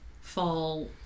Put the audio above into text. fall